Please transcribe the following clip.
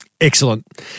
Excellent